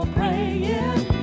praying